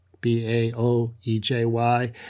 b-a-o-e-j-y